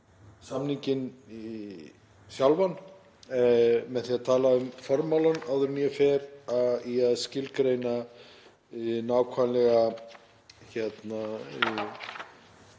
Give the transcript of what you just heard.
samninginn sjálfan með því að tala um formálann áður en ég fer í að skilgreina nákvæmlega